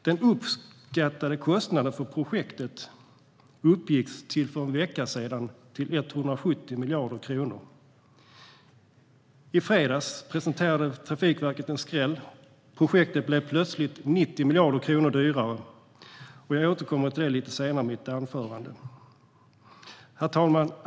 Den uppskattade kostnaden för projektet uppgick till för en vecka sedan till 170 miljarder kronor. I fredags presenterade Trafikverket en skräll - projektet blev plötsligt 90 miljarder kronor dyrare. Jag återkommer till detta lite senare i mitt anförande. Herr talman!